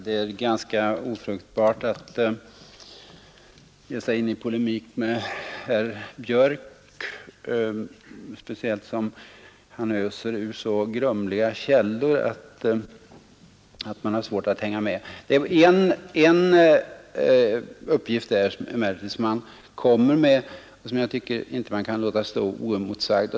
Herr talman! Det är ganska ofruktbart att ge sig in i polemik med herr Björck i Nässjö, speciellt som han öser ur så grumliga källor att man har svårt att hänga med. Men en uppgift som han anförde kan jag inte låta stå oemotsagd.